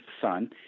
son